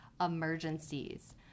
emergencies